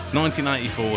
1994